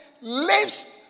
lives